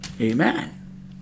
Amen